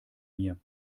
mir